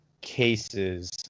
cases